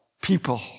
people